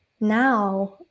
now